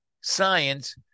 science